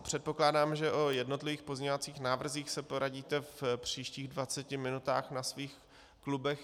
Předpokládám, že o jednotlivých pozměňovacích návrzích se poradíte v příštích dvaceti minutách na svých klubech.